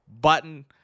button